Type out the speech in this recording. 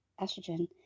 estrogen